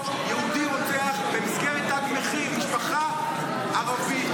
יהודי רוצח במסגרת תג מחיר משפחה ערבית,